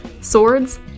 swords